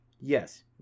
Yes